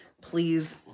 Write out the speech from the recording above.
please